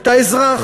את האזרח,